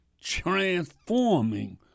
transforming